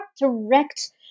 direct